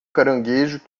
caranguejo